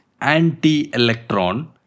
anti-electron